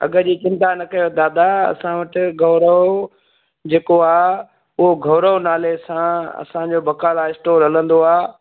अघि जी चिंता न कयो दादा असां वटि गौरव जेको आहे उहो गौरव नाले सां असांजो बकाला स्टोर हलंदो आहे